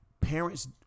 parents